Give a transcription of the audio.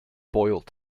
boiled